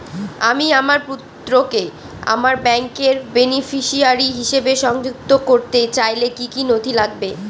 আমি আমার পুত্রকে আমার ব্যাংকের বেনিফিসিয়ারি হিসেবে সংযুক্ত করতে চাইলে কি কী নথি লাগবে?